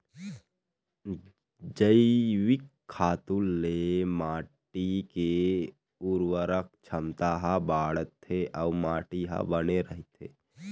जइविक खातू ले माटी के उरवरक छमता ह बाड़थे अउ माटी ह बने रहिथे